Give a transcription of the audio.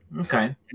Okay